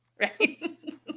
Right